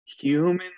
human